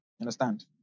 understand